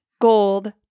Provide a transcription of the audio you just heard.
gold